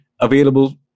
available